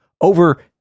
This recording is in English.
over